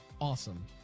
awesome